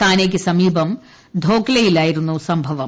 താനെക്ക് സമീപം ധോക്ലായിലായിരുന്നു സംഭവം